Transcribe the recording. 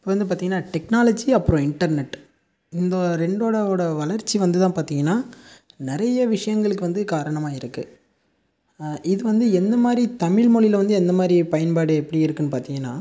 இப்போ வந்து பார்த்தீங்கனா டெக்னாலஜி அப்புறோம் இன்டர்நெட் இந்த ரெண்டோடவோடய வளர்ச்சி வந்து தான் பார்த்தீங்கனா நிறைய விஷயங்களுக்கு வந்து காரணமாக இருக்குது இது வந்து எந்த மாதிரி தமிழ்மொழியில் வந்து எந்த மாதிரி பயன்பாடு எப்படி இருக்குதுன்னு பார்த்தீங்கனா